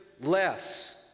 less